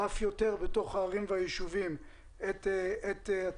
אף יותר בתוך הערים והישובים את תקנות